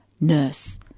nurse